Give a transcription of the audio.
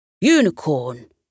unicorn